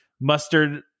mustard